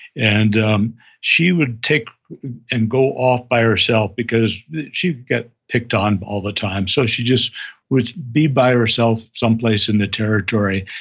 and um she would take and go off by herself because she would get picked on all the time so she just would be by herself some place in the territory.